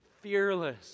fearless